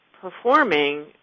performing